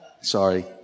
Sorry